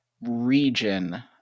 region